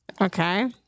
okay